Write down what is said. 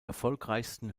erfolgreichsten